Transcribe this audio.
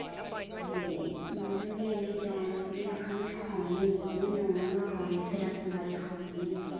ते मतलब कि में जाना में आखना में खानी गै में नान गै खाने उत्थै रस मलाई खानी में उत्थै